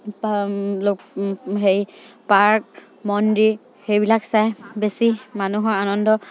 হেৰি পাৰ্ক মন্দিৰ সেইবিলাক চাই বেছি মানুহৰ আনন্দ